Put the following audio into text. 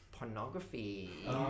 pornography